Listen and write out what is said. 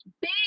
big